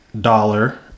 dollar